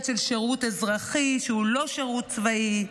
של שירות אזרחי שהוא לא שירות צבאי,